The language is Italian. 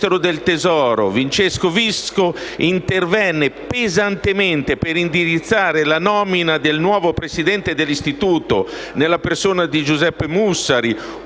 Vincenzo Visco - intervenne pesantemente per indirizzare la nomina del nuovo presidente dell'istituto nella persona di Giuseppe Mussari: